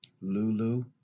Lulu